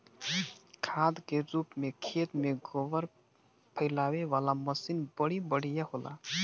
खाद के रूप में खेत में गोबर फइलावे वाला मशीन बड़ी बढ़िया होला